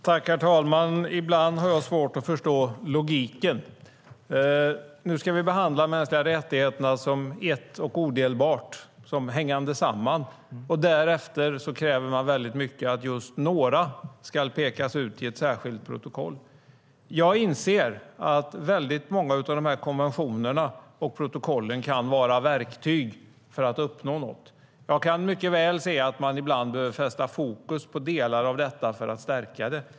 Herr talman! Ibland har jag svårt att förstå logiken. Ni vill att vi ska behandla de mänskliga rättigheterna som ett och odelbart, som hängande samman, men sedan kräver ni att just några ska pekas ut i ett särskilt protokoll. Jag inser att många av dessa konventioner och protokoll kan vara verktyg för att uppnå något. Jag kan mycket väl se att man ibland behöver fästa fokus på delar av detta för att stärka det.